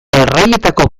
erraietako